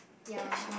ya